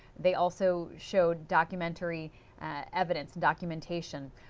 they also showed documentary evidence, documentation.